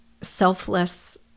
selfless